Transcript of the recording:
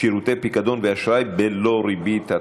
(שירותי פיקדון ואשראי בלא ריבית),